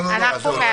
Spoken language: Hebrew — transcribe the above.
אנחנו מאשרים?